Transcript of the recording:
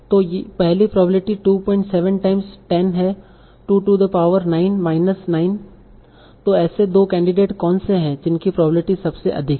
तो पहली probability 27 times 10 है to the power 9 minus 9 sorry तो ऐसे 2 कैंडिडेट कौन से हैं जिनकी प्रोबेब्लिटी सबसे अधिक है